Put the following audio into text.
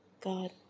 God